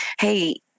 hey